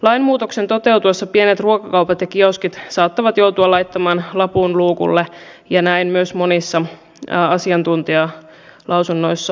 lainmuutoksen toteutuessa pienet ruokakaupat ja kioskit saattavat joutua laittamaan lapun luukulle ja näin myös monissa asiantuntijalausunnoissa arvioitiin